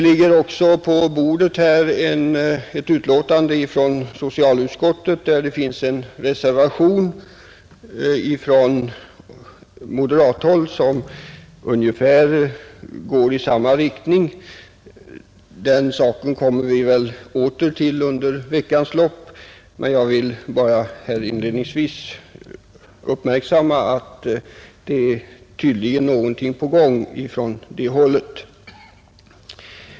På riksdagens bord ligger också ett betänkande från socialutskottet, där det finns en reservation från moderat håll som går i ungefär samma riktning. Den saken kommer vi väl åter till under veckans lopp, men jag vill bara här inledningsvis uppmärksamma att det tydligen är någonting på gång från det hållet.